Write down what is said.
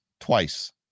Twice